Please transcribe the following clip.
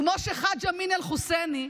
כמו חאג' אמין אל-חוסייני,